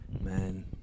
Man